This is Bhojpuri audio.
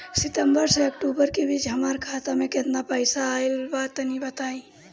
सितंबर से अक्टूबर के बीच हमार खाता मे केतना पईसा आइल बा तनि बताईं?